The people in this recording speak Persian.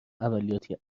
عملیاتی